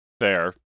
fair